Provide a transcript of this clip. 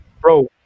Bro